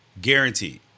Guaranteed